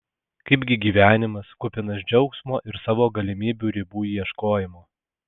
kaipgi gyvenimas kupinas džiaugsmo ir savo galimybių ribų ieškojimo